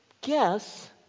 guess